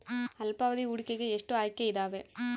ಅಲ್ಪಾವಧಿ ಹೂಡಿಕೆಗೆ ಎಷ್ಟು ಆಯ್ಕೆ ಇದಾವೇ?